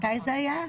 מתי זה היה?